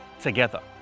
together